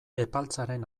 epaltzaren